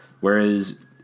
whereas